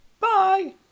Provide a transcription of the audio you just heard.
Bye